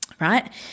Right